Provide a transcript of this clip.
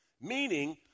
Meaning